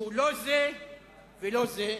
שהוא לא זה ולא זה,